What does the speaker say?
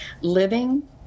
living